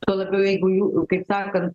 tuo labiau jeigu jų kaip sakant